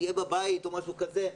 יהיה בבית או משהו כזה,